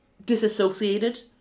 disassociated